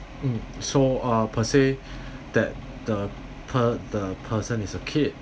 mm so uh per say that the per~ the person is a kid